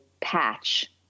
patch